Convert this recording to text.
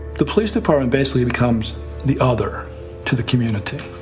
the police department basically becomes the other to the community,